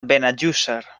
benejússer